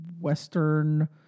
Western